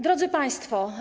Drodzy Państwo!